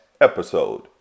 episode